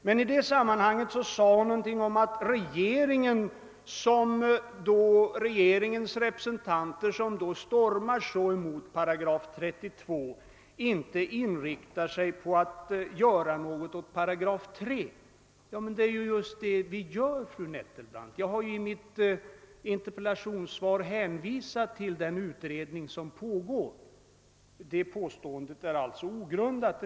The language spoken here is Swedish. Men i det sammanhanget sade fru Nettelbrandt någonting om att regeringens representanter, som stormar så mot 8 32, inte inriktar sig på att göra någonting åt 3 §. Men det är just det vi gör, fru Nettelbrandt. Jag har i mitt interpellationssvar hänvisat till den utredning som pågår. Påståendet är alltså ogrundat.